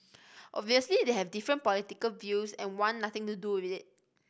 obviously they have different political views and want nothing to do with it